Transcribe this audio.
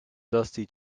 dusty